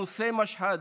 אנוסי משהד,